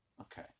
Okay